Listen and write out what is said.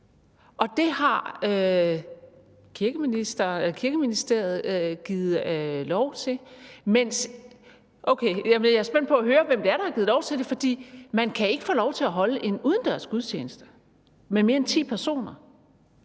Og det har Kirkeministeriet givet lov til – okay, jeg er spændt på at høre, hvem det er, der har givet lov til det! For man kan ikke få lov til at holde en udendørs gudstjeneste med mere end ti personer,